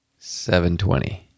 720